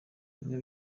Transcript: bimwe